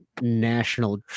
National